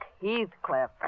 Heathcliff